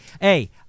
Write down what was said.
Hey